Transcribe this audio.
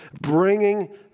Bringing